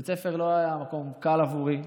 בית הספר לא היה מקום קל עבורי,